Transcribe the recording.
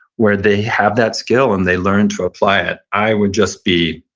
where they have that skill and they learn to apply it i would just be,